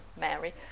Mary